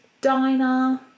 Diner